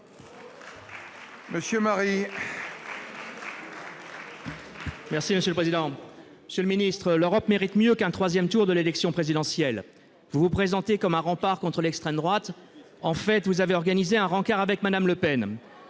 pour la réplique. L'Europe mérite mieux qu'un troisième tour de l'élection présidentielle. Vous vous présentez comme un rempart contre l'extrême droite. En fait, vous avez organisé un rencart avec Mme Le Pen